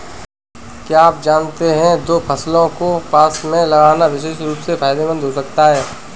क्या आप जानते है दो फसलों को पास में लगाना विशेष रूप से फायदेमंद हो सकता है?